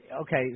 okay